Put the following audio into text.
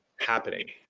happening